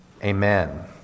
Amen